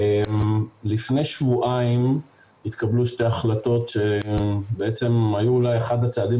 לפני שבועיים התקבלו שתי החלטות שהיו אחד הצעדים